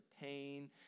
pain